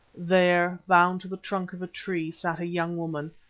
there, bound to the trunk of a tree, sat a young woman,